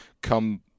come